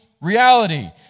reality